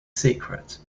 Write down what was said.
secret